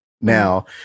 Now